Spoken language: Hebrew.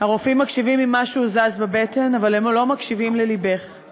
הרופאים מקשיבים אם משהו זז בבטן אבל הם לא מקשיבים ללבך /